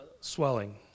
swelling